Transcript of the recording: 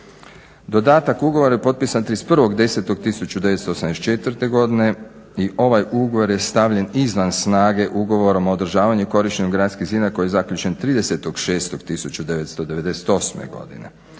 Dodatak ugovora je potpisan 31.10.1984. godine i ovaj ugovor je stavljen izvan snage ugovorom o održavanju i korištenju gradskih zidina koji je zaključen 30.06.1998. godine